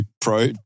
pro